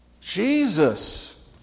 Jesus